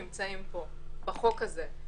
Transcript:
להחיל על עצמם דברים שנמצאים פה בחוק הזה,